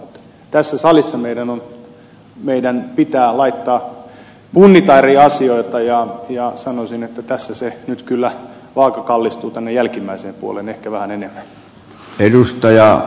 tässä salissa meidän pitää punnita eri asioita ja sanoisin että tässä se vaaka nyt kyllä kallistuu tänne jälkimmäiseen puoleen ehkä vähän enemmän